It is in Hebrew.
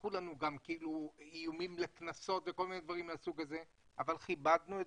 שלחו לנו איומים על קנסות אבל כיבדנו את